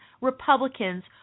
Republicans